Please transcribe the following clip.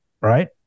right